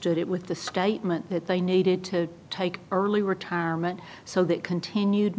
did it with the statement that they needed to take early retirement so that continued